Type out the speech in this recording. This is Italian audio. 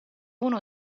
uno